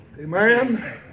Amen